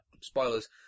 spoilers